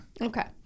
Okay